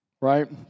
right